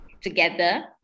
together